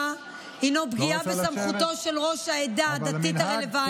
הוא פגיעה בסמכותו של ראש העדה הדתית הרלוונטית,